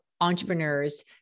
entrepreneurs